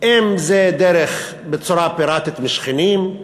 אם זה בצורה פיראטית משכנים,